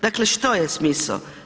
Dakle što je smisao?